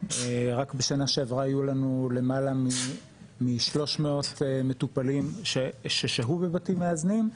רק בשנה שעברה היו לנו למעלה מ-300 מטופלים ששהו בבתים מאזנים,